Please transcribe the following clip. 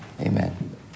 Amen